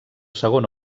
segon